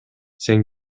сен